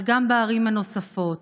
אבל גם בערים הנוספות,